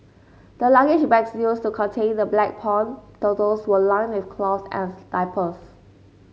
the luggage bags used to contain the black pond turtles were lined with cloth and diapers